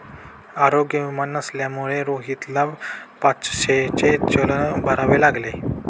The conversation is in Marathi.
आरोग्य विमा नसल्यामुळे रोहितला पाचशेचे चलन भरावे लागले